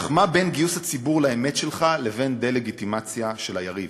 אך מה בין גיוס הציבור לאמת שלך לבין דה-לגיטימציה של היריב?